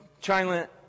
China